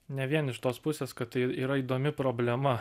ne vien iš tos pusės kad tai yra įdomi problema